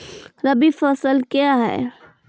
रबी फसल क्या हैं?